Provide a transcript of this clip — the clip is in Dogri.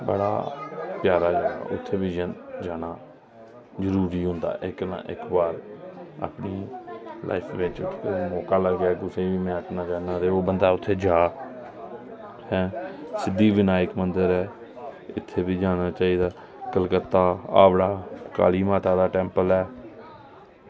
बड़ा प्यारा ऐ उत्थें बी जाना जरूरी होंदा इक्क ना इक्क बार अपनी लाईफ च अगर कुसै गी मौका लगदा कि ओह् उत्थें जा ऐं सिद्धीविनायक मंदर उत्थें बी जाना चाहिदा कलकत्ता हावड़ा काली माता दा टेम्पल ऐ